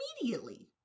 immediately